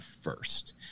first